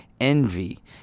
envy